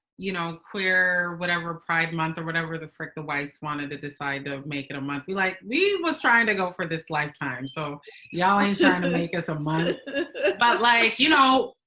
you know, queer, whatever, pride month, or whatever the frick the whites wanted to decide to make it a month. we like we was trying to go for this lifetime. so ya'll ain't trying to make this a monolith but like, you know,